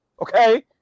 okay